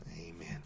amen